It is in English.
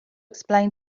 explain